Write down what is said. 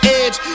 edge